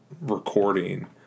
recording –